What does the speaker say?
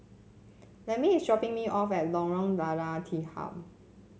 Lempi is dropping me off at Lorong Lada Tiham